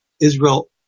israel